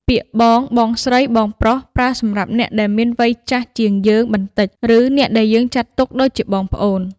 ពាក្យ បង បងស្រី បងប្រុស ប្រើសម្រាប់អ្នកដែលមានវ័យចាស់ជាងយើងបន្តិច ឬអ្នកដែលយើងចាត់ទុកដូចជាបងប្អូន។